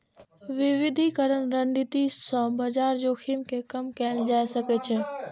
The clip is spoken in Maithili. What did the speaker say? विविधीकरण रणनीति सं बाजार जोखिम कें कम कैल जा सकै छै